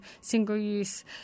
single-use